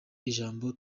ijambo